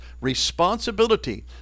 responsibility